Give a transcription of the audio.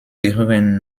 gehören